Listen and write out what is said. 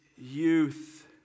youth